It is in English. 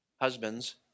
Husbands